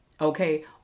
Okay